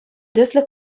тӗслӗх